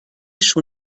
schon